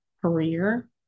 career